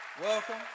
welcome